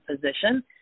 position